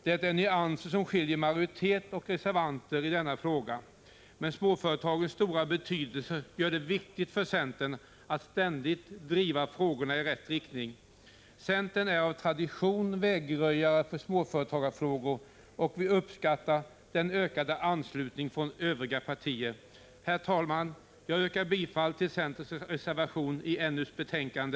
Det är nyanser som skiljer majoritet och reservanter i denna fråga, men småföretagens stora betydelse gör det viktigt för centern att ständigt driva frågorna i rätt riktning. Centern är av tradition vägröjare för småföretagarfrågor, och vi uppskattar den ökade anslutningen från övriga partier. Herr talman! Jag yrkar bifall till centerns reservation i NU:s betänkande